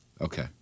Okay